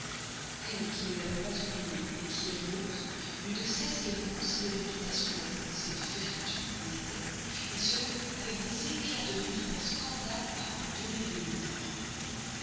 elle qui ne l'avait pas oublié qui est rieuse n'eut de cesse qu'elle n'eût considéré tout à son aise cette vertu disait-elle cela avec des éclats de rire d'un scandale à en donner de l'humeur